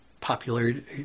popularity